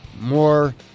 More